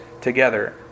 together